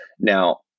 Now